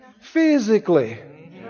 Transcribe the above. physically